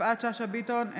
יפעת שאשא ביטון,